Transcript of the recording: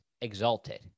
exalted